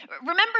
Remember